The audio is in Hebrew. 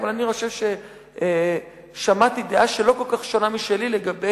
אבל אני חושב ששמעתי דעה שאינה שונה כל כך משלי לגבי